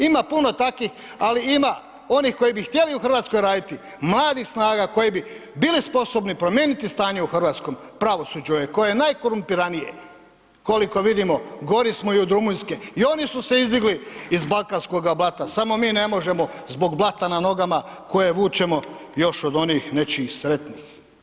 Ima puno takvih, ali ima onih koji bi htjeli u Hrvatskoj raditi, mladih snaga koji bi bili sposobni promijeniti stanje u hrvatskom pravosuđu koje je najkorumpiranije, koliko vidimo gori smo i od Rumunjske, i oni su se izdigli iz balkanskoga blata, samo mi ne možemo zbog blata na nogama koje vučemo još od onih nečijih sretnih.